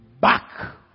back